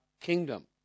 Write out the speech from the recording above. kingdom